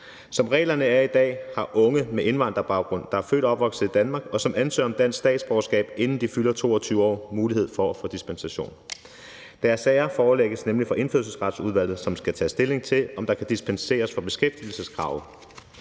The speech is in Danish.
Som reglerne er i dag, har unge med indvandrerbaggrund, der er født og opvokset i Danmark, og som ansøger om dansk statsborgerskab, inden de fylder 22 år, mulighed for at få dispensation. Deres sager forelægges nemlig for Indfødsretsudvalget, som skal tage stilling til, om der kan dispenseres for beskæftigelseskrav.